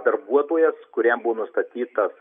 darbuotojas kuriam buvo nustatytas